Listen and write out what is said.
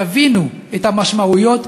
יבינו את המשמעויות,